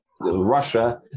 russia